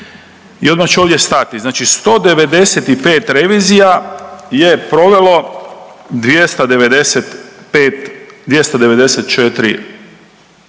I odmah ću ovdje stati, znači 195 revizija je provelo 295,